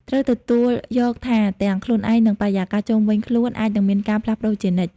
ត្រូវទទួលយកថាទាំងខ្លួនឯង និងបរិយាកាសជុំវិញខ្លួនអាចនឹងមានការផ្លាស់ប្តូរជានិច្ច។